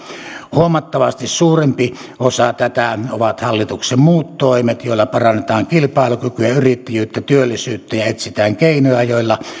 huomattavasti suurempi osa niitä ovat hallituksen muut toimet joilla parannetaan kilpailukykyä yrittäjyyttä ja työllisyyttä ja etsitään keinoja joilla